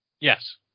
Yes